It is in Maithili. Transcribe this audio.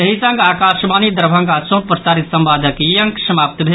एहि संग आकाशवाणी दरभंगा सँ प्रसारित संवादक ई अंक समाप्त भेल